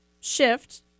shift